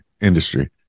industry